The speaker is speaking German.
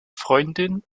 freundin